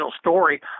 story